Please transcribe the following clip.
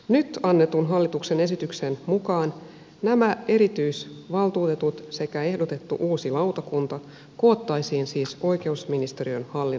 nyt annetun hallituksen esityksen mukaan nämä erityisvaltuutetut sekä ehdotettu uusi lautakunta koottaisiin siis oikeusministeriön hallinnonalalle